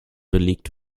belegt